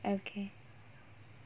okay